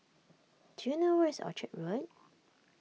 do you know where is Orchard Road